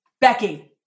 Becky